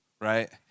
right